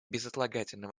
безотлагательно